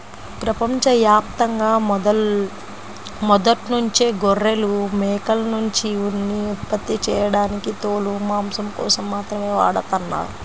ప్రపంచ యాప్తంగా మొదట్నుంచే గొర్రెలు, మేకల్నుంచి ఉన్ని ఉత్పత్తి చేయడానికి తోలు, మాంసం కోసం మాత్రమే వాడతన్నారు